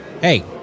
hey